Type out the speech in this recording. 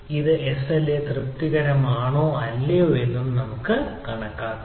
ഇത് എസ്എൽഎ തൃപ്തികരമാണോ അല്ലയോ എന്ന് നമുക്ക് കണക്കാക്കാം